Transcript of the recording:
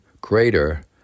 greater